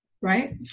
right